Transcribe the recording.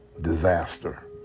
disaster